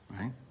right